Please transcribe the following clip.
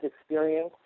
experience